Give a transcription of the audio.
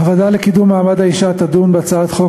הוועדה לקידום מעמד האישה תדון בהצעת חוק